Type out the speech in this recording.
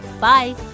bye